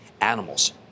animals